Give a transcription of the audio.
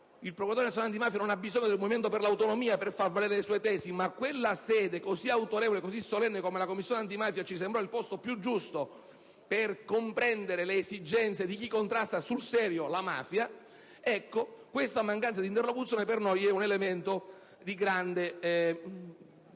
Il procuratore nazionale antimafia non ha certo bisogno del Movimento per le Autonomie per far valere le sue tesi, ma la sede, così autorevole e solenne, della Commissione antimafia ci sembrò il posto più giusto per comprendere le esigenze di chi contrasta sul serio la mafia. Ecco, questa mancanza di interlocuzione per noi è un elemento di grande preoccupazione.